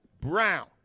Brown